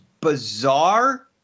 bizarre